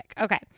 Okay